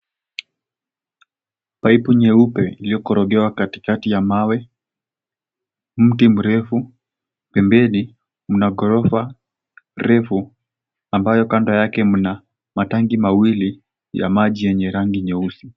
Paipu nyeupe iliyokorogewa katikati ya mawe, mti mrefu, pembeni mna ghorofa refu ambazo kando yake mna matanki mawili ya maji yenye rangi nyeusi.